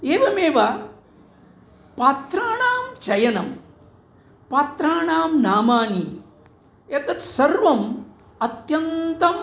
एवमेव पात्राणां चयनं पात्राणां नामानि एतत् सर्वम् अत्यन्तम्